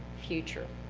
future.